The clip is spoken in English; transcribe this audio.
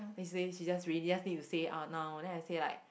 next day she just really ask me to say it out now then I say like